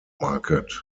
market